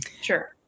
Sure